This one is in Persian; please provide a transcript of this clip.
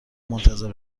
منتظر